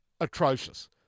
atrocious